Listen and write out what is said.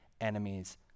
enemies